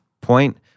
point